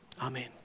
Amen